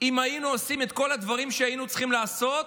אם היינו עושים את כל הדברים שהיינו צריכים לעשות